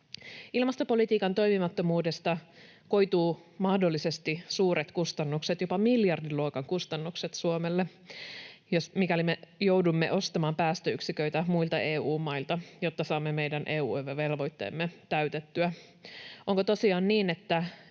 Ilmastopolitiikan toimimattomuudesta koituu Suomelle mahdollisesti suuret kustannukset, jopa miljardiluokan kustannukset, mikäli me joudumme ostamaan päästöyksiköitä muilta EU-mailta, jotta saamme meidän EU-velvoitteemme täytettyä. Onko tosiaan niin, että